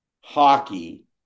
hockey